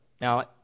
Now